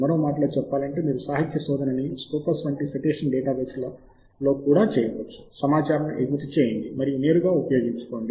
మరో మాటలో చెప్పాలంటే మీరు సాహిత్య శోదనని స్కోపస్ వంటి సైటేషన్ డేటాబేస్ లో కూడా చేయవచ్చు సమాచారమును ఎగుమతి చేయండి మరియు నేరుగా ఉపయోగించుకోండి